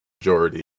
majority